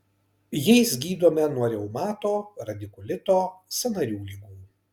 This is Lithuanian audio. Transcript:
jais gydome nuo reumato radikulito sąnarių ligų